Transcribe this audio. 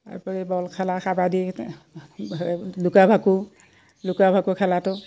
তাৰোপৰি বল খেলা কাবাডী লুকা ভাকু লুকা ভাকু খেলাটো